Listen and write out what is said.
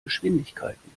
geschwindigkeiten